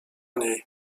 niej